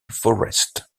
forrest